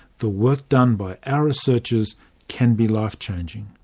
the work done by our researchers can be life-changing.